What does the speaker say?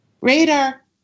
radar